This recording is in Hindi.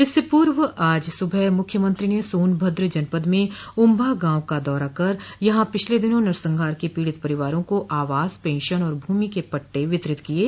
इससे पूर्व आज सुबह मुख्यंत्री ने सोनभद्र जनपद में उम्भा गांव का दौरा कर यहां पिछले दिनों नरसंहार के पीड़ित परिवारों का आवास पेंशन और भूमि के पट्टे वितरित किये